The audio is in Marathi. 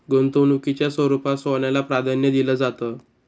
गुंतवणुकीच्या रुपात सोन्याला प्राधान्य दिलं जातं